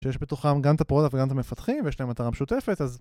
שיש בתוכם גם את הפרודקט וגם את המפתחים, ויש להם מטרה משותפת, אז...